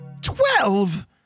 Twelve